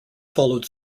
followed